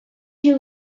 you